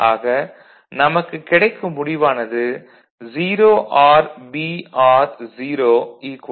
ஆக நமக்குக் கிடைக்கும் முடிவு ஆனது 0 ஆர் B ஆர் 0 B